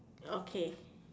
okay